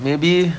maybe